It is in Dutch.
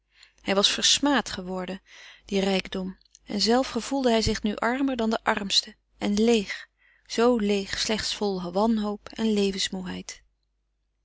hij was versmaad geworden die rijkdom en zelve gevoelde hij zich nu armer dan de armste en leêg zoo leêg slechts vol wanhoop en